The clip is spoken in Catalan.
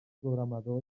programadors